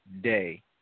day